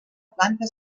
planta